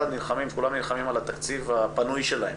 כולם נלחמים על התקציב הפנוי שלהם,